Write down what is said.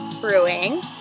Brewing